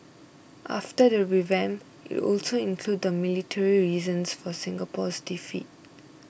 after the revamp it will also include the military reasons for Singapore's defeat